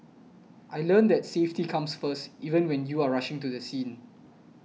I learnt that safety comes first even when you are rushing to the scene